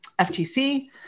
FTC